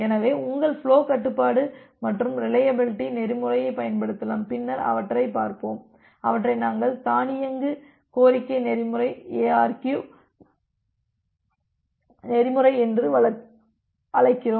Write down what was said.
எனவே உங்கள் ஃபுலோ கட்டுப்பாடு மற்றும் ரிலையபிலிட்டி நெறிமுறையைப் பயன்படுத்தலாம் பின்னர் அவற்றைப் பார்ப்போம் அவற்றை நாங்கள் தானியங்கு கோரிக்கை நெறிமுறை எஅர்கியு நெறிமுறை என்று அழைக்கிறோம்